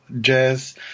jazz